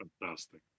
Fantastic